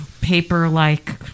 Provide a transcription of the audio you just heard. paper-like